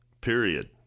period